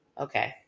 okay